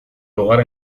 lugar